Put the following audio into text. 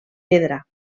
pedra